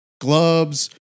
gloves